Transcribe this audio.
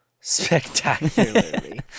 Spectacularly